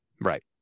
Right